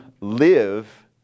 live